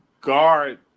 guard